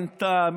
אין טעם,